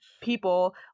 people